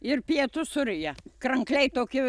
ir pietus suryja krankliai toki